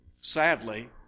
sadly